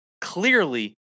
clearly